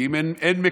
כי אם אין מקבל,